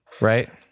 Right